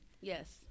Yes